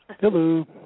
Hello